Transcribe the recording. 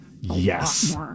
Yes